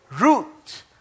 Root